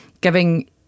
giving